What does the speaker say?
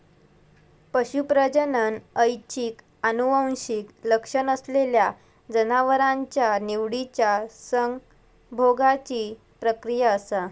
पशू प्रजनन ऐच्छिक आनुवंशिक लक्षण असलेल्या जनावरांच्या निवडिच्या संभोगाची प्रक्रिया असा